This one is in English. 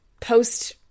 post